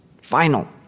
Final